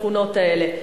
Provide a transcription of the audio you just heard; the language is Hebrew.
בשכונות האלה,